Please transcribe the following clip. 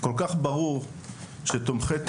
כל כך ברור שתומכי טרור,